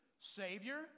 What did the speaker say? Savior